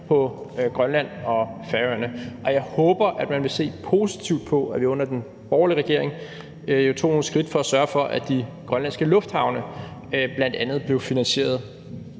i Grønland og på Færøerne. Jeg håber, at man vil se positivt på, at vi under den borgerlige regering tog nogle skridt for at sørge for, at de grønlandske lufthavne bl.a. blev finansieret